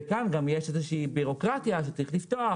וכאן גם יש איזושהי בירוקרטיה שצריך לפתוח